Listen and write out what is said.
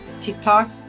TikTok